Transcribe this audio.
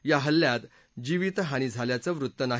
या हल्ल्यात जीवितहानी झाल्याचं वृत्त नाही